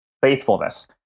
faithfulness